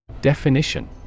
Definition